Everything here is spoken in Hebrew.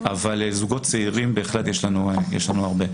אבל זוגות צעירים בהחלט יש לנו הרבה.